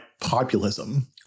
populism